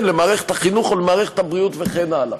למערכת החינוך או למערכת הבריאות וכן הלאה,